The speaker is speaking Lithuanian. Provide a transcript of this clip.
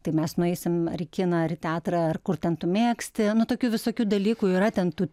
tai mes nueisim ar į kiną ar į teatrą ar kur ten tu mėgsti nu tokių visokių dalykų yra ten tų